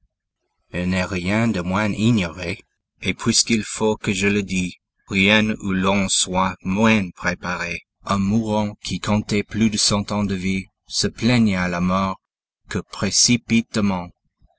il n'est rien de moins ignoré et puisqu'il faut que je le die rien où l'on soit moins préparé un mourant qui comptait plus de cent ans de vie se plaignait à la mort que précipitamment